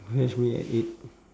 fetch me at eight